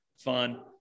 fun